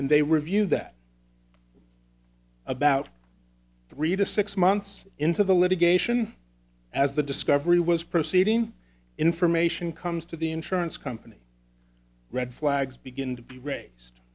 and they review that about three to six months into the litigation as the discovery was proceeding information comes to the insurance company red flags begin to be raised